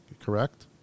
correct